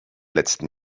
letzten